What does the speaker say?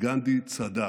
שגנדי צדק: